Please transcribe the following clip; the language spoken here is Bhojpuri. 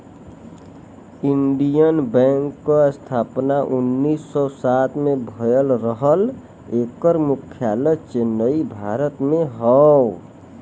इंडियन बैंक क स्थापना उन्नीस सौ सात में भयल रहल एकर मुख्यालय चेन्नई, भारत में हौ